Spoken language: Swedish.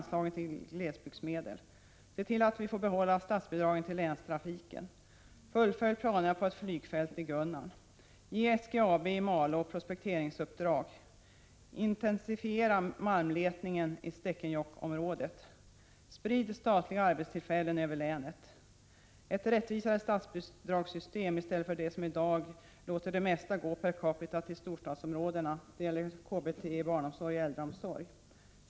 Se till att vi får behålla statsbidragen till länstrafiken! Fullfölj planerna på ett flygfält i Gunnarn! Ge SGAB i Malå prospekteringsuppdrag! Intensifiera malmletningen i Stekenjokkområdet! Sprid statliga arbetstillfällen över länet! Inför ett rättvisare statsbidragssystem i stället för det nuvarande, som låter det mesta, per capita, gå till storstäderna — det gäller KBT, barnomsorg och äldreomsorg!